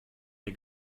der